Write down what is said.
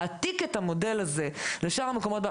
להעתיק את המודל הזה לשאר המקומות בארץ,